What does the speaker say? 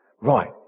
Right